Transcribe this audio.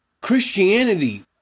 Christianity